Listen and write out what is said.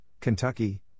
Kentucky